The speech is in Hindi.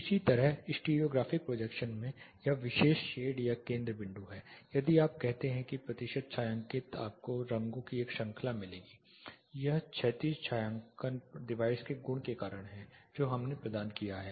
इसी तरह स्टिरियोग्राफिक प्रोजेक्शन में यह विशेष शेड यह केंद्र बिंदु है यदि आप कहते हैं कि प्रतिशत छायांकित आपको रंगों की एक श्रृंखला मिलेगी यह क्षैतिज छायांकन डिवाइस के गुण के कारण है जो हमने प्रदान किया है